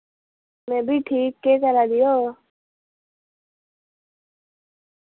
मैं बि ठीक केह् करा दे ओ